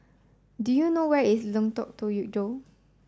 do you know where is Lengkok Tujoh